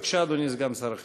בבקשה, אדוני סגן שר החינוך.